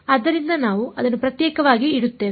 ಆದ್ದರಿಂದ ನಾವು ಅದನ್ನು ಪ್ರತ್ಯೇಕವಾಗಿ ಇಡುತ್ತೇವೆ